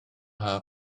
mha